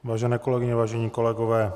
Vážené kolegyně, vážení kolegové.